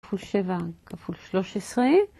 כפול שבע, כפול שלוש עשרה.